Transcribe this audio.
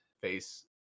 face